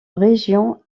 région